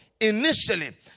initially